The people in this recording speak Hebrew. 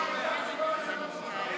מה שלא כמוך זה השטן.